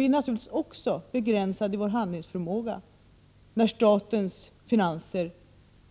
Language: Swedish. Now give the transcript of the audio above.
Vi är naturligtvis också nu begränsade i vår handlingsförmåga, eftersom statens finanser